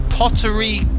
Pottery